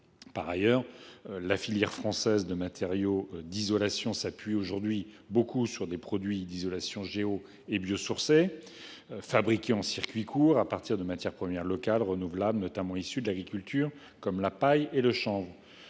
Par ailleurs, la filière française de matériaux d’isolation s’appuie aujourd’hui largement sur des produits d’isolation géosourcés et biosourcés fabriqués en circuit court à partir de matières premières locales renouvelables, notamment issues de l’agriculture, comme la paille et le chanvre.